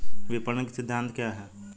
विपणन के सिद्धांत क्या हैं?